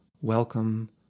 welcome